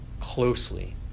closely